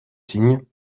signes